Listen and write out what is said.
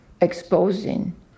exposing